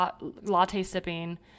latte-sipping